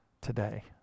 today